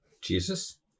jesus